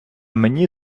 мені